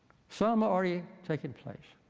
some are already taking place,